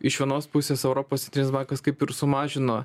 iš vienos pusės europos centrinis bankas kaip ir sumažino